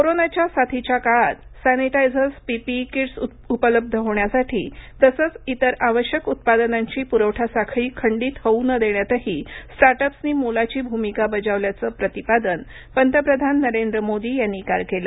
कोरोनाच्या साथीच्या काळात सॅनिटायझर्स पीपीई किट्स उपलब्ध होण्यासाठी तसंच इतर आवश्यक उत्पादनांची पुरवठा साखळी खंडित होऊ न देण्यातही स्टार्टअप्सनी मोलाची भूमिका बजावल्याचं प्रतिपादन पंतप्रधान नरेंद्र मोदी यांनी काल केलं